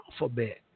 alphabet